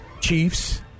Chiefs